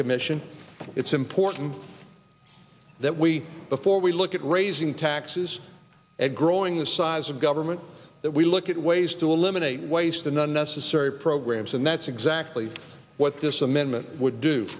commission it's important that we before we look at raising taxes and growing the size of government that we look at ways to eliminate waste unnecessary programs and that's bakley what this amendment would do